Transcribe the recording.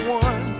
one